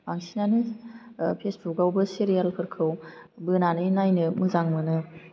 बांसिनानो फेसबुक आवबो सिरियालफोरखौ बोनानै नायनो मोजां मोनो